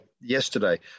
yesterday